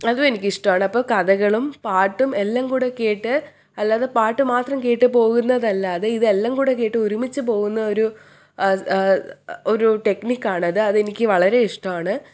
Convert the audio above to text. അതും എനിക്കിഷ്ടമാണ് അപ്പോൾ കഥകളും പാട്ടും എല്ലാം കൂടി കേട്ട് അല്ലാതെ പാട്ടു മാത്രം കേട്ടു പോകുന്നതല്ല അത് ഇത് എല്ലാം കൂടി കേട്ടൊരുമിച്ചു പോകുന്ന ഒരു ഒരു ടെക്നിക്കാണ് അത് അത് എനിക്കു വളരെ ഇഷ്ടമാണ്